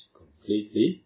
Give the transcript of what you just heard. completely